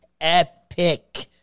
epic